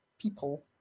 people